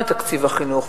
גם לתקציב החינוך,